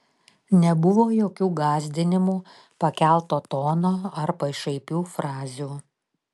nebuvo jokių gąsdinimų pakelto tono ar pašaipių frazių